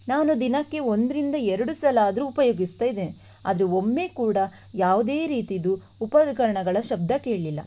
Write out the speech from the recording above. ನಾನು ದಿನಕ್ಕೆ ಒಂದರಿಂದ ಎರಡು ಸಲ ಆದರೂ ಉಪಯೋಗಿಸ್ತಾ ಇದ್ದೇನೆ ಆದರೆ ಒಮ್ಮೆ ಕೂಡ ಯಾವುದೇ ರೀತಿಯದ್ದು ಉಪಕರಣಗಳ ಶಬ್ದ ಕೇಳಲಿಲ್ಲ